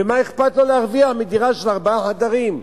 ומה אכפת לו להרוויח מדירה של ארבעה חדרים,